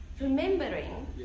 remembering